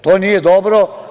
To nije dobro.